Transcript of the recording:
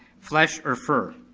flesh or fur.